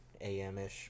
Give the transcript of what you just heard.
a.m.-ish